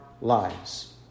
lives